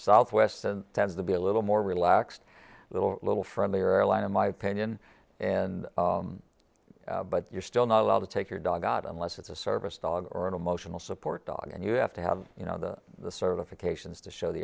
southwest and tends to be a little more relaxed a little a little friendlier airline in my opinion and but you're still not allowed to take your dog god unless it's a service dog or an emotional support dog and you have to have you know the certifications to show the